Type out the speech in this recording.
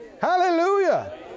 Hallelujah